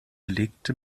legte